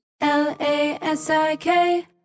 L-A-S-I-K